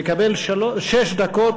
מקבל שש דקות.